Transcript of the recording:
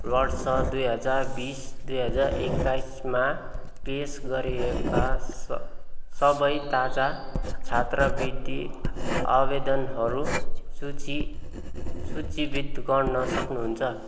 वर्ष दुई हजार बिस दुई हजार एक्काइसमा पेश गरिएका स सबै ताजा छात्रवृत्ति आवेदनहरू सूची सूचीकृत गर्नु सक्नुहुन्छ